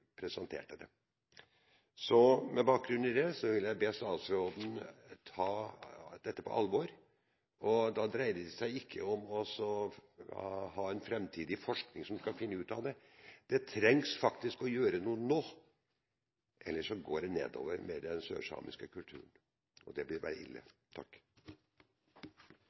presenterte det. Så med bakgrunn i det vil jeg be statsråden ta dette på alvor, og da dreier det seg ikke om å ha en framtidig forskning som skal finne ut av dette. Det trengs faktisk å gjøres noe nå, ellers går det nedover med den sørsamiske kulturen. Det ville være ille.